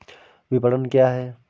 विपणन क्या है?